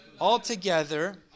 Altogether